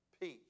peace